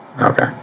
Okay